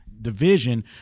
division